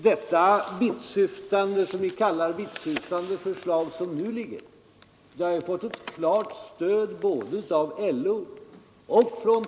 Det som ni kallar vittsyftande förslag, som nu framläggs, har fått ett klart stöd både av LO och TCO.